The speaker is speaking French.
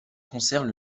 concerne